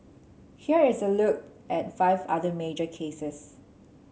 here is a look at five other major cases